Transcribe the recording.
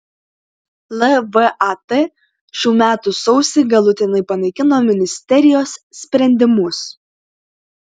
lvat šių metų sausį galutinai panaikino ministerijos sprendimus